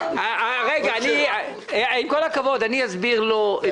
עם כל הכבוד, אני אסביר לו את